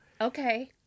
Okay